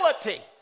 ability